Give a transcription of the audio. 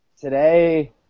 Today